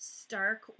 stark